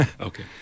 Okay